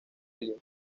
elliot